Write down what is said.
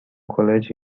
college